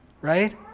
right